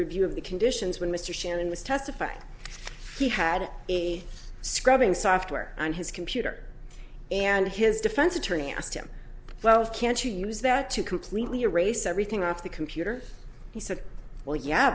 review of the conditions when mr shannon was testified he had scrubbing software on his computer and his defense attorney asked him well can't you use that to completely erase everything off the computer he said well yeah